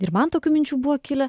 ir man tokių minčių buvo kilę